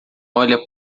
olha